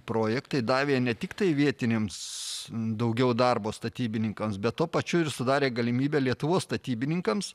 projektai davė ne tiktai vietiniams daugiau darbo statybininkams bet tuo pačiu ir sudarė galimybę lietuvos statybininkams